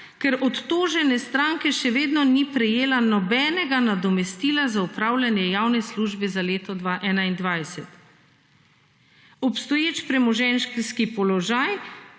ker od tožene stranke še vedno ni prejela nobenega nadomestila za opravljanje javne službe za leto 2021. Obstoječi premoženjski položaj